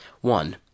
One